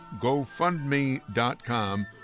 gofundme.com